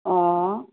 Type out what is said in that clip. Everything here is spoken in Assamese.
অঁ